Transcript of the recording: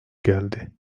geldi